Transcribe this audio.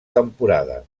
temporada